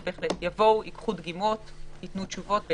יבואו, ייקחו דגימות וייתנו תשובות.